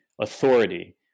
authority